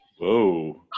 Whoa